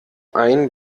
ein